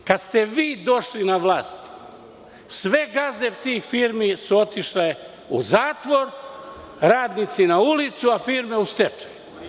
Kada ste vi došli na vlast, sve gazde tih firmi su otišle u zatvor, radnici na ulicu, a firme u stečaj.